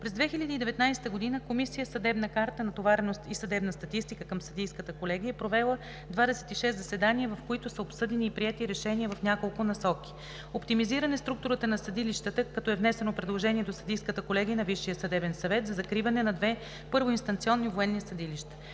През 2019 г. Комисия „Съдебна карта, натовареност и съдебна статистика“ към Съдийската колегия е провела 26 заседания, в които са обсъдени и приети решения в няколко насоки: оптимизиране структурата на съдилищата, като е внесено предложение до Съдийската колегия на Висшия съдебен съвет за закриване на две първоинстанционни военни съдилища;